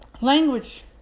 language